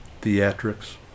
theatrics